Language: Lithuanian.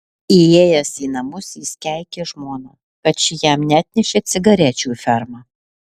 įėjęs į namus jis keikė žmoną kad ši jam neatnešė cigarečių į fermą